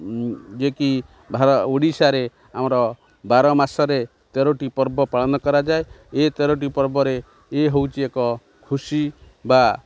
ଯିଏକି ଭାର ଓଡ଼ିଶାରେ ଆମର ବାର ମାସରେ ତେରଟି ପର୍ବ ପାଳନ କରାଯାଏ ଏ ତେରଟି ପର୍ବରେ ଇଏ ହେଉଛି ଏକ ଖୁସି ବା